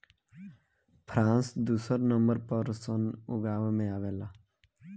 France दुसर number पर सन उगावे में आवेला